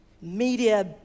media